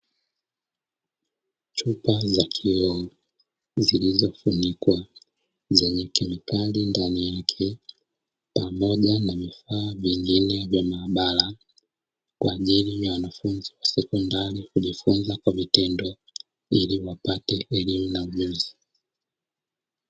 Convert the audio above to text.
Chupa za kioo zilizofunikwa zenye kemikali ndani yake pamoja na vifaa vingine vya maabara kwa ajili ya wanafunzi wa sekondari kujifunza kwa vitendo ili wapate elimu na ujuzi.